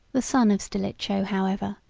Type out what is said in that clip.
the son of stilicho, however,